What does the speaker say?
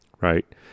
Right